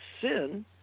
sin